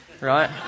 right